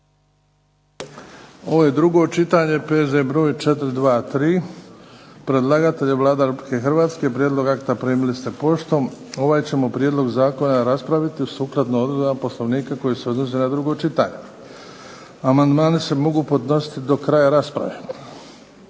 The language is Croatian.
drugo čitanje, P.Z. br. 423 Predlagatelj je Vlada Republike Hrvatske. Prijedlog akta primili ste poštom. Ovaj ćemo prijedlog zakona raspraviti sukladno odredbama Poslovnika koji se odnose na drugo čitanje. Amandmani se mogu podnositi do kraja rasprave.